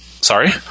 Sorry